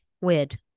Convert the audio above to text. weird